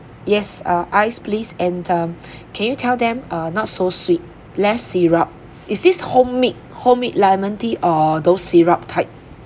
yes uh ice please and um can you tell them uh not so sweet less syrup is this homemade homemade lemon tea or those syrup type